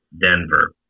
Denver